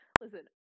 Listen